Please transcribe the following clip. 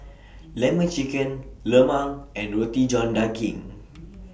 Lemon Chicken Lemang and Roti John Daging